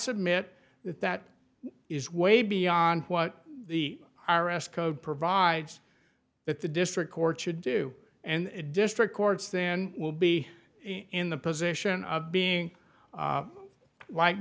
submit that that is way beyond what the i r s code provides that the district court should do and district courts then will be in the position of being white